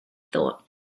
thought